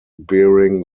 bearing